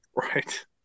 Right